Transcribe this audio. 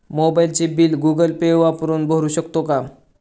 मोबाइलचे bill Google Pay वापरून भरू शकतो का?